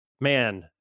man